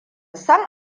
san